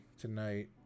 Tonight